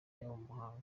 yabo